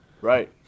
Right